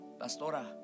Pastora